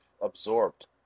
absorbed